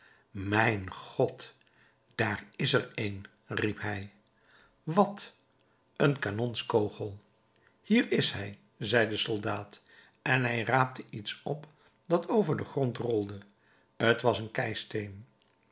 mijn god daar is er een riep hij wat een kanonskogel hier is hij zei de soldaat en hij raapte iets op dat over den grond rolde t was een